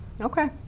Okay